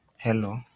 Hello